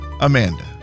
amanda